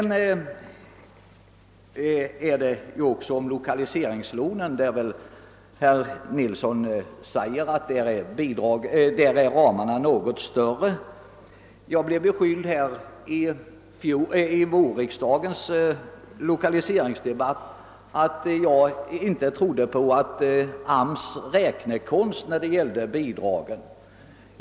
När det gäller lokaliseringslånen anser herr Nilsson i Tvärålund att ramarna är något större. Jag blev under vårriksdagens lokaliseringsdebatt beskylld för att inte tro på AMS räknekonst i fråga om bidragen.